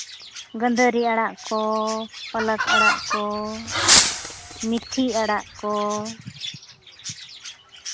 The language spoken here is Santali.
ᱜᱟᱹᱫᱷᱟᱹᱨᱤ ᱟᱲᱟᱜ ᱠᱚ ᱯᱟᱞᱚᱠ ᱟᱲᱟᱜ ᱠᱚ ᱢᱤᱛᱷᱤ ᱟᱲᱟᱜ ᱠᱚ